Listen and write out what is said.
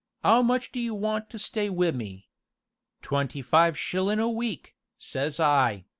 ow much do you want to stay wi me twenty-five shillin a week says i,